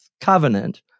covenant